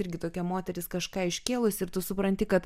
irgi tokia moteris kažką iškėlusi ir tu supranti kad